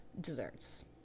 desserts